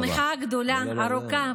המחאה הגדולה, לא לא לא.